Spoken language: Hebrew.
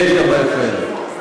יש גם בעיות כאלה.